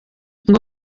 ngo